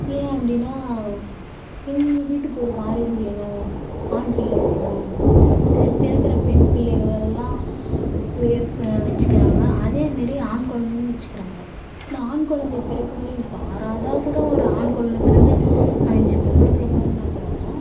ஏன் அப்படின்னா இதுமாரி வீட்டுக்கு ஒரு வாரிசு வேணும் ஆண்பிள்ளை வேணும் அப்படி சொல்லிட்டு பிறக்கிற பெண் பிள்ளைகளெல்லாம் வெ வெச்சிக்கிறாங்க அதே மாரி ஆண் கொலந்தையும் வச்சிக்குறாங்க இந்த ஆண் கொழந்தைப் பிறக்கும்போது இப்போ ஆறாவதாக கூட ஒரு ஆண் குழந்தைப் பிறந்து அஞ்சுப் பொம்பளப்பிள்ள பிறந்தாக்கூடோம்